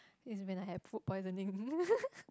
is when I have food poisoning